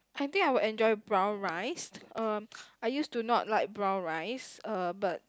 I think I would enjoy brown rice uh I used to not like brown rice uh but